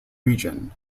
region